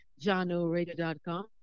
JohnORadio.com